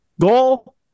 goal